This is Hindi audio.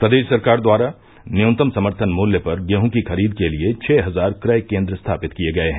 प्रदेश सरकार द्वारा न्यूनतम समर्थन मूल्य पर गेहूँ की खरीद के लिये छह हजार क्रय केन्द्र स्थापित किये गये हैं